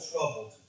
troubled